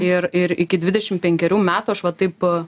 ir iki dvidešimt penkerių metų aš va taip